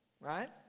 right